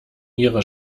ihre